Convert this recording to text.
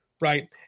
right